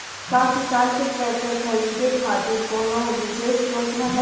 का किसान के ट्रैक्टर खरीदें खातिर कउनों विशेष योजना बा?